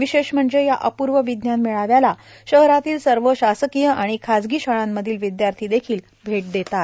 विशेष म्हणजे या अपूर्व विज्ञान मेळाव्याला शहरातील सर्व शासकीय आणि खासगी शाळांमधील विद्यार्थी भेट देतात